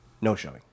no-showing